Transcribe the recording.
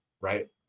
right